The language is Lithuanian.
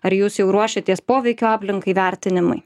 ar jūs jau ruošiatės poveikio aplinkai vertinimui